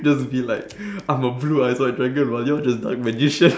just be like I'm a blue eyes white dragon while you're just dark magician